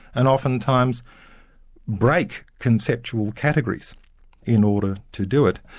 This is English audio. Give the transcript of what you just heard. and oftentimes break conceptual categories in order to do it.